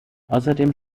außerdem